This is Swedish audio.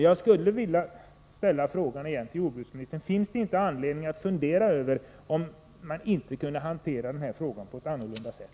Jag vill återigen ställa följande fråga till jordbruksministern: Har man inte anledning att fundera över om man kunde hantera den här frågan på ett annorlunda sätt?